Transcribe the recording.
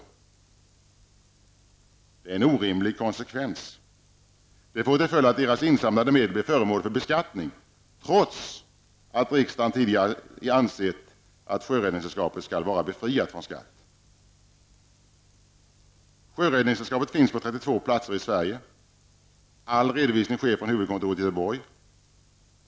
Det är en orimlig konsekvens. Det får till följd att dess insamlade medel blir föremål för beskattning trots att riksdagen tidigare ansett att Sjöräddningssällskapet skall vara befriat från skatt. All redovisning sker från huvudkontoret i Göteborg.